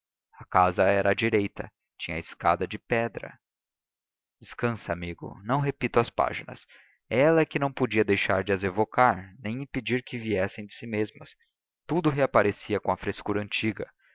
a casa era à direita tinha a escada de pedra descansa amigo não repito as páginas ela é que não podia deixar de as evocar nem impedir que viessem de si mesmas tudo reaparecia com a frescura antiga